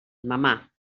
mamà